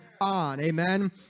Amen